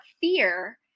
fear